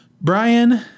Brian